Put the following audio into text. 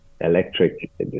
electric